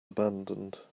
abandoned